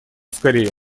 скорее